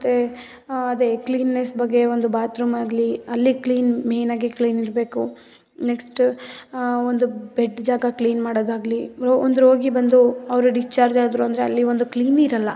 ಮತ್ತೆ ಅದೆ ಕ್ಲೀನ್ನೆಸ್ ಬಗ್ಗೆ ಒಂದು ಬಾತ್ರೂಮಾಗಲಿ ಅಲ್ಲಿ ಕ್ಲೀನ್ ಮೇನಾಗಿ ಕ್ಲೀನ್ ಇರಬೇಕು ನೆಕ್ಸ್ಟ್ ಒಂದು ಬೆಡ್ ಜಾಗ ಕ್ಲೀನ್ ಮಾಡೋದಾಗ್ಲಿ ಒಂದು ರೋಗಿ ಬಂದು ಅವರು ಡಿಸ್ಚಾರ್ಜ್ ಆದರು ಅಂದರೆ ಅಲ್ಲಿ ಒಂದು ಕ್ಲೀನ್ ಇರೋಲ್ಲ